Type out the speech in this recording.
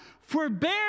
forbear